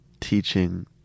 teaching